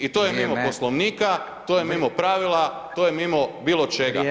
I to je mimo Poslovnika [[Upadica: Vrijeme.]] to je mimo pravila, to je mimo bilo čega